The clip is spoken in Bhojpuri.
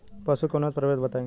पशु के उन्नत प्रभेद बताई?